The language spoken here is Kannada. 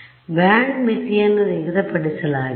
ಆದ್ದರಿಂದ ಬ್ಯಾಂಡ್ ಮಿತಿಯನ್ನು ನಿಗದಿಪಡಿಸಲಾಗಿದೆ